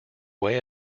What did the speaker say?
way